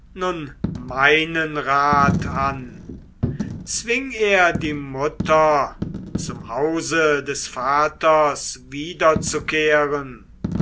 meinen rat an zwing er die mutter zum hause des vaters